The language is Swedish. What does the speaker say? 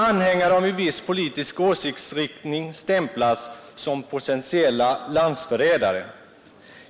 Anhängare av en viss politisk åsiktsriktning stämplas som potentiella landsförrädare.